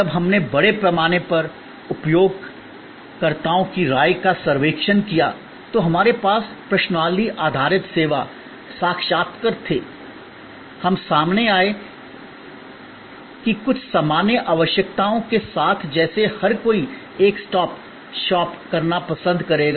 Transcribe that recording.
जब हमने बड़े पैमाने पर उपयोगकर्ताओं की राय का सर्वेक्षण किया तो हमारे पास प्रश्नावली आधारित सेवा साक्षात्कार थे हम सामने आए कि कुछ सामान्य आवश्यकताओं के साथ जैसे हर कोई एक स्टॉप शॉप करना पसंद करेगा